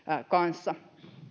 kanssa